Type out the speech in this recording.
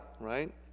right